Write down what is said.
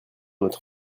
notre